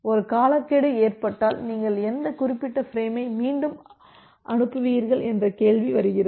ஒரு காலக்கெடு ஏற்பட்டால் நீங்கள் எந்த குறிப்பிட்ட ஃபிரேமை மீண்டும் அனுப்புவீர்கள் என்ற கேள்வி வருகிறது